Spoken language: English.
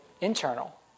internal